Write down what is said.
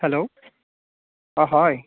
hello অঁ হয়